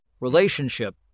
relationship